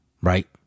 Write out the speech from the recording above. right